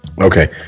Okay